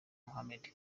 mohammed